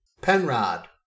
Penrod